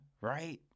right